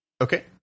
Okay